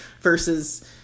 versus